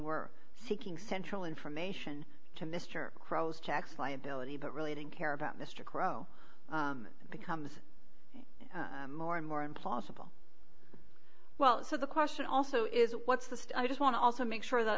were seeking central information to mr croes checks liability but really didn't care about mr crow it becomes more and more implausible well so the question also is what's the i just want to also make sure that